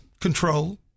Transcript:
control